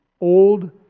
Old